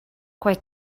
quite